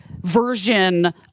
version